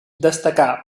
destacà